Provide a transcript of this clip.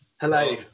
Hello